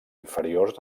inferiors